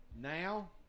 now